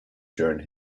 during